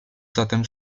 zatem